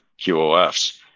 QOFs